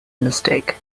mistake